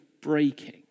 breaking